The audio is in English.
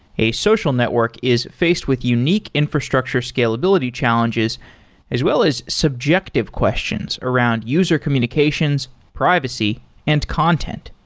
a social network is faced with unique infrastructure scalability challenges as well as subjective questions around user communications, privacy and content.